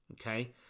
okay